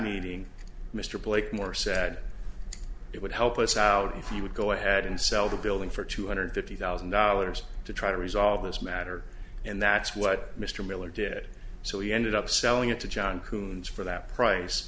meeting mr blakemore said it would help us out if you would go ahead and sell the building for two hundred fifty thousand dollars to try to resolve this matter and that's what mr miller did so he ended up selling it to john coons for that price